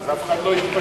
אז אף אחד לא יתפשר.